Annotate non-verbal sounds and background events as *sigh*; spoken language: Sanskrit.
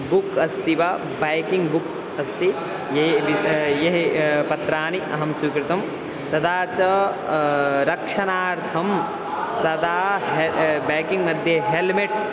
बुक् अस्ति वा बैकिङ्ग् बुक् अस्ति ये *unintelligible* ये पत्राणि अहं स्वीकृतं तदा च रक्षणार्थं सदा बैकिङ्ग्मध्ये हेल्मेट्